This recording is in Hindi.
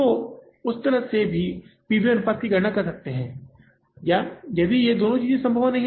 तो आप उस तरह से भी पी वी अनुपात की गणना कर सकते हैं या यदि दोनों चीजें संभव नहीं हैं